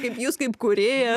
kaip jūs kaip kūrėja